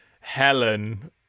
Helen